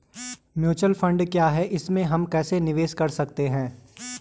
Mutual fund क्या है इसमें हम कैसे निवेश कर सकते हैं?